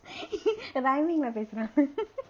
rhyming leh பேசுறாங்க:pesuraanga